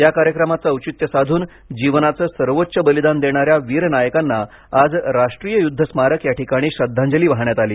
या कार्यक्रमाचे औचित्य साधून जीवनाचे सर्वोच्च बलिदान देणाऱ्या वीर नायकांना आज राष्ट्रीय युद्ध स्मारक या ठिकाणी श्रद्धांजली वाहण्यात आली